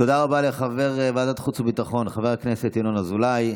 תודה רבה לחבר ועדת חוץ וביטחון חבר הכנסת ינון אזולאי.